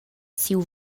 siu